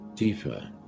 Deeper